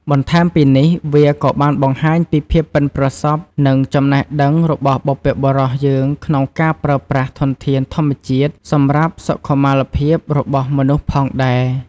បន្ថែមពីនេះវាក៏បានបង្ហាញពីភាពប៉ិនប្រសប់ និងចំណេះដឹងរបស់បុព្វបុរសយើងក្នុងការប្រើប្រាស់ធនធានធម្មជាតិសម្រាប់សុខុមាលភាពរបស់មនុស្សផងដែរ។